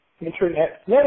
internet